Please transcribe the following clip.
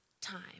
time